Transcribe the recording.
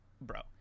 bro